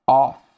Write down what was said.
off